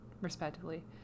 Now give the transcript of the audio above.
respectively